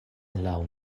laŭ